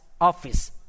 office